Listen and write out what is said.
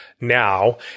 now